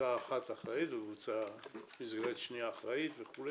כשקבוצה אחת אחראית וקבוצה במסגרת השנייה אחראית וכו',